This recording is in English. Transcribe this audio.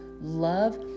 Love